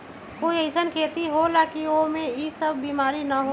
कोई अईसन खेती होला की वो में ई सब बीमारी न होखे?